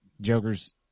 jokers